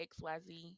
XYZ